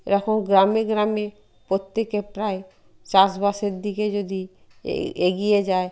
এখন গ্রামে গ্রামে প্রত্যেকে প্রায় চাষবাসের দিকে যদি এগিয়ে যায়